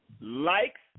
Likes